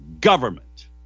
government